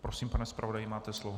Prosím, pane zpravodaji, máte slovo.